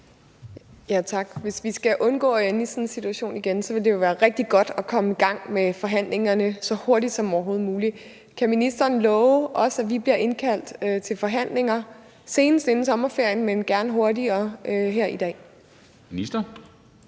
Tak. Hvis vi skal undgå at ende i sådan en situation igen, vil det jo være rigtig godt at komme i gang med forhandlingerne så hurtigt som overhovedet muligt. Kan ministeren her i dag love os, at vi bliver indkaldt til forhandlinger senest inden sommerferien, men gerne hurtigere? Kl. 10:35